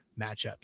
matchups